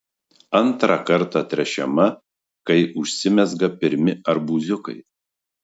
antrą kartą tręšiama kai užsimezga pirmi arbūziukai